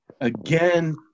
again